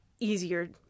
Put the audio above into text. easier